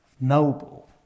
noble